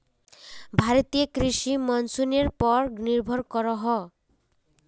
भारतीय कृषि मोंसूनेर पोर निर्भर करोहो